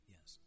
Yes